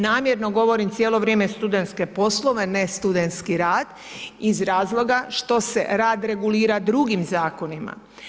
Namjerno govorim cijelo vrijeme studentske poslove, ne studentski rad, iz razloga što se rad regulira drugim zakonima.